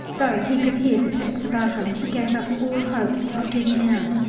though he could hear the picks above him. he gave up all hopes of getting out,